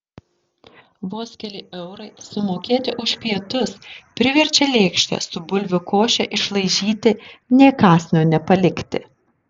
vos keli eurai sumokėti už pietus priverčia lėkštę su bulvių koše išlaižyti nė kąsnio nepalikti